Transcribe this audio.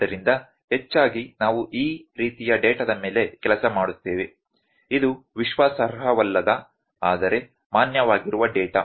ಆದ್ದರಿಂದ ಹೆಚ್ಚಾಗಿ ನಾವು ಈ ರೀತಿಯ ಡೇಟಾದ ಮೇಲೆ ಕೆಲಸ ಮಾಡುತ್ತೇವೆ ಇದು ವಿಶ್ವಾಸಾರ್ಹವಲ್ಲದ ಆದರೆ ಮಾನ್ಯವಾಗಿರುವ ಡೇಟಾ